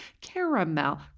caramel